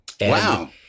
Wow